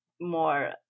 more